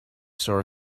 saw